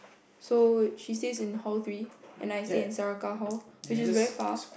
so she stays in hall three and I stay in hall which is very far